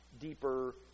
deeper